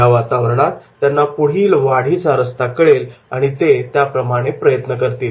या वातावरणात त्यांना पुढील वाढीचा रस्ता कळेल आणि ते त्याप्रमाणे प्रयत्न करतील